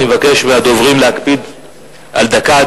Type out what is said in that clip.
אני מבקש מהדוברים להקפיד על דקה.